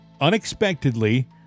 unexpectedly